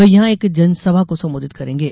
वे यहां एक जनसभा को संबोधित करेंगे